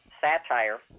satire